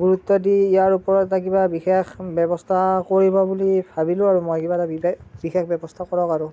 গুৰুত্ব দি ইয়াৰ ওপৰত এটা কিবা বিশেষ ব্যৱস্থা কৰিব বুলি ভাবিলোঁ আৰু মই কিবা এটা বিশেষ ব্যৱস্থা কৰক আৰু